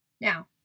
Now